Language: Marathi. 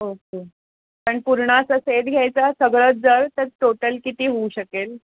ओके पण पूर्ण असा सेट घ्यायचा आहे सगळंच जर तर टोटल किती होऊ शकेल